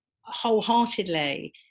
wholeheartedly